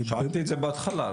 שאלתי את זה בהתחלה.